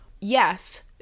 yes